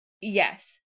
Yes